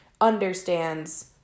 understands